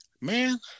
Man